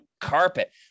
carpet